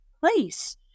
place